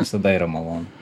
visada yra malonu